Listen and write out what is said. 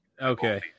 Okay